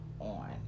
on